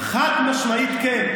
חד-משמעית כן.